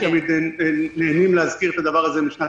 שתמיד נהנים להזכיר את הדבר הזה משנת